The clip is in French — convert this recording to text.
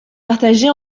partagés